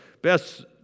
best